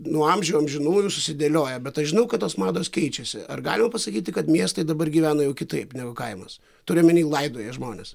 nuo amžių amžinųjų susidėlioję bet aš žinau kad tos mados keičiasi ar galima pasakyti kad miestai dabar gyvena jau kitaip negu kaimas turiu omeny laidoja žmones